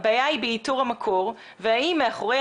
הבעיה היא באיתור המקור והאם מאחורי